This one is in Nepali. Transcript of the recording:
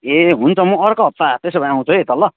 ए हुन्छ म अर्को हप्ता त्यसो भए आउँछु है त ल